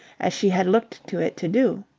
as she had looked to it to do.